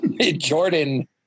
Jordan